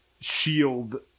shield